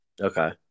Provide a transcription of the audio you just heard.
okay